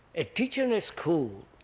a teacher in a school,